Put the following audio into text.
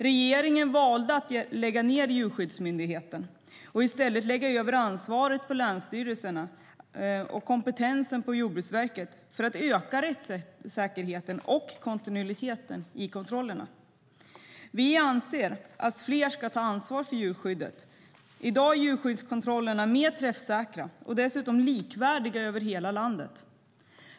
Regeringen valde att lägga ned Djurskyddsmyndigheten och i stället lägga över ansvaret på länsstyrelserna och kompetensen på Jordbruksverket för att öka rättssäkerheten och kontinuiteten i kontrollerna. Vi anser att fler ska ta ansvar för djurskyddet. I dag är djurskyddskontrollerna mer träffsäkra och dessutom likvärdiga över hela landet.